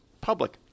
public